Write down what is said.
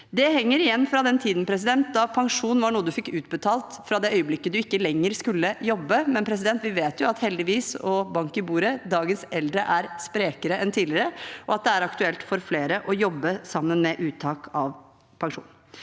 Det henger igjen fra den tiden da pensjon var noe man fikk utbetalt fra det øyeblikket man ikke lenger skulle jobbe, men vi vet jo at dagens eldre – heldigvis, og bank i bordet – er sprekere enn tidligere, og at det er aktuelt for flere å jobbe sammen med uttak av pensjon.